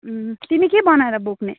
उम् तिमी के बनाएर बोक्ने